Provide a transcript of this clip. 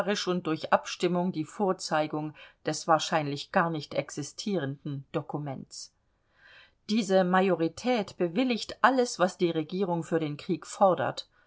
und durch abstimmung die vorzeigung des wahrscheinlich gar nicht existierenden dokuments diese majorität bewilligt alles was die regierung für den krieg fordert